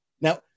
now